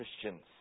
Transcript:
Christians